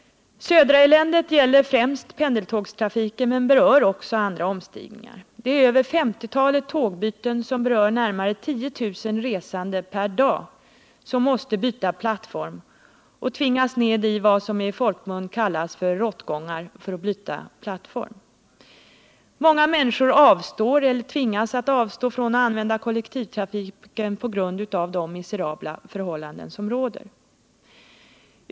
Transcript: ”Södraeländet” gäller främst pendeltågstrafiken men berör också andra omstigningar. Det handlar om över 50-talet tågbyten som berör närmare 10 000 resande per dag, vilka tvingas ned i vad som i folkmun kallas ”råttgångar” för att byta plattform. Många människor avstår eller tvingas att avstå från att använda kollektivtrafiken på grund av de miserabla förhållanden som råder.